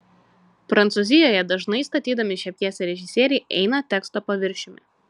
prancūzijoje dažnai statydami šią pjesę režisieriai eina teksto paviršiumi